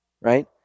right